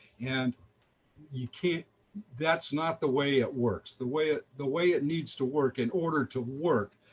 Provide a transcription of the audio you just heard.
and you can't that's not the way it works. the way it the way it needs to work, in order to work,